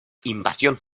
invasión